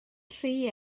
tri